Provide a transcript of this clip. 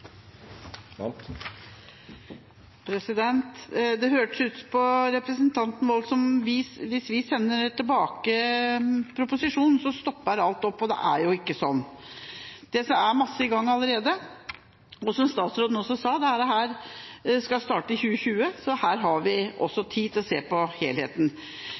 Wold hørtes det ut som at hvis vi sender tilbake proposisjonen, stopper alt opp. Det er jo ikke sånn. Det er mye i gang allerede, og – som statsråden også sa – dette skal starte i 2020. Så her har vi tid til å se på helheten.